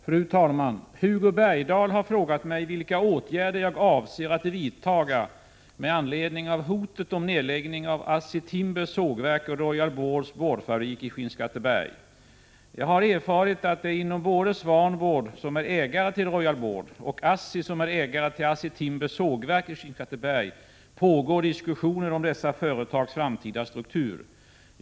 Fru talman! Hugo Bergdahl har frågat mig vilka åtgärder jag avser att vidta med anledning av hotet om nedläggning av ASSI Timbers sågverk och Royal Boards boardfabrik i Skinnskatteberg. Jag har erfarit att det inom både Swanboard, som är ägare till Royal Board, och ASSI, som är ägare till ASSI Timbers sågverk i Skinnskatteberg, pågår diskussioner om dessa företags framtida struktur.